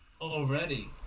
already